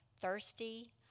Thirsty